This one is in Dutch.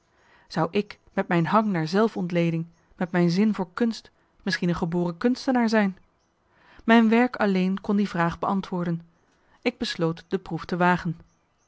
zou ik met mijn hang naar zelf ontleding met mijn zin voor kunst misschien een geboren kunstenaar zijn mijn werk alleen kon die vraag beantwoorden ik besloot de proef te wagen